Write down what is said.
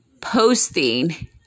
posting